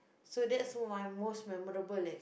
so that's my most memorable leh